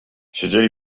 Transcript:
siedzieli